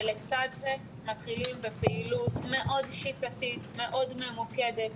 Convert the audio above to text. ולצד זה מתחילים בפעילות מאוד שיטתית וממוקדת